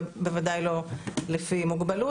ובוודאי לא לפי מוגבלות.